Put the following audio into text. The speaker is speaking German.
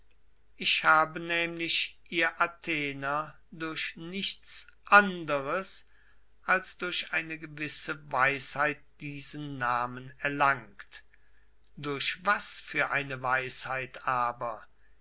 ich habe nämlich ihr athener durch nichts anderes als durch eine gewisse weisheit diesen namen erlangt durch was für eine weisheit aber